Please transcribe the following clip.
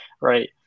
right